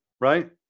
right